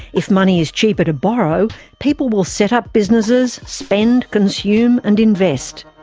if money is cheaper to borrow, people will set up businesses, spend, consume and invest.